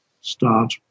start